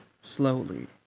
slowly